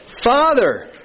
Father